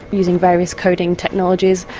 using various coding technologies,